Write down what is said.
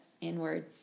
inward